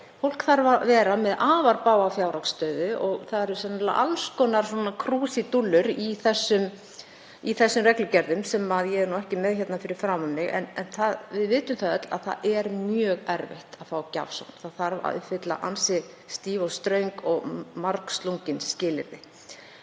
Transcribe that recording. Fólk þarf að vera með afar bága fjárhagsstöðu og það eru sennilega alls konar krúsidúllur í þessum reglugerðum sem ég er ekki með fyrir framan mig. Við vitum öll að það er mjög erfitt að fá gjafsókn, það þarf að uppfylla ansi stíf og ströng og margslungin skilyrði